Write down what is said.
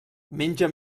menja